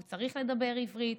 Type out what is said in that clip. הוא צריך לדבר עברית,